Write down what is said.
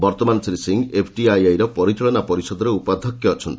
ବର୍ତ୍ତମାନ ଶ୍ରୀ ସିଂହ ଏଫ୍ଟିଆଇଆଇ ର ପରିଚାଳନା ପରିଷଦରେ ଉପାଧ୍ୟକ୍ଷ ଅଛନ୍ତି